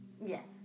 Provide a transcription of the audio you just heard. Yes